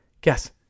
Guess